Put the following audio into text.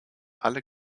alle